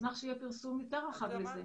נשמח שיהיה פרסום יותר רחב לזה.